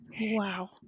Wow